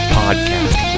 podcast